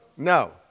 No